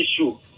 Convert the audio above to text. issue